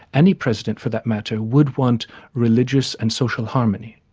any president for that matter, would want religious and social harmony.